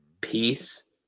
Peace